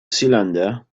cylinder